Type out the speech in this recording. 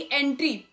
entry